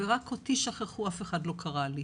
ורק אותי שכחו, אף אחד לא קרא לי'.